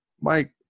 Mike